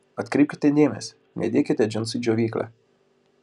atkreipkite dėmesį nedėkite džinsų į džiovyklę